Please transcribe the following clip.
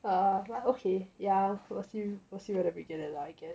err I'm like okay ya we'll see I get